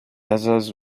others